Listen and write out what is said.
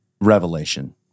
revelation